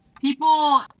People